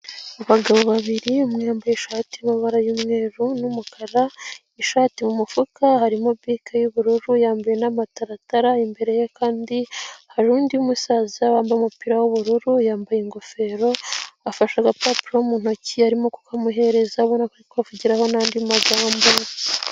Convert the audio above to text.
Abagabo babiri umwe yambaye ishati y'amabara y'umweru n'umukara, ishati mu mufuka harimo bic y'ubururu yambaye n'amataratara, imbere ye kandi hari undi musaza wambaye umupira w'ubururu ,yambaye ingofero afashe agapapuro mu ntoki ,arimo kukamuhereza ubona ko ari kukavugiraho n'andi magambo.